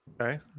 okay